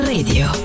Radio